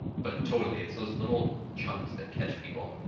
but, totally, it's those little chunks that catch people.